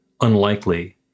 unlikely